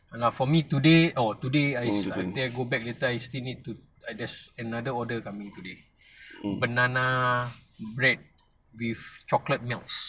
and ah for me today oh today I think I go back later I still need to I just another order coming today banana bread with chocolate melts